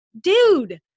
Dude